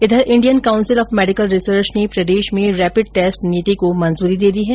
इधर Indian council of medical research ने प्रदेश में रेपिड टेस्ट नीति को मंजूरी दे दी है